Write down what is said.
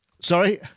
Sorry